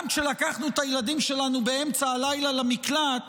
גם כשלקחנו את הילדים שלנו באמצע הלילה למקלט